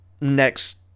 next